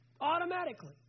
Automatically